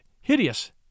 hideous